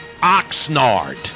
Oxnard